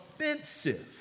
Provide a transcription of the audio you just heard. offensive